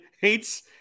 hates